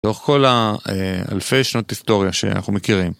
לאורך כל אלפי שנות היסטוריה שאנחנו מכירים.